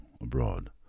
abroad